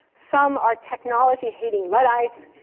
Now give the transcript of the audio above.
some are technology-hating luddites,